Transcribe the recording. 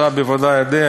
אתה בוודאי יודע,